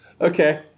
Okay